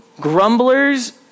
Grumblers